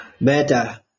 Better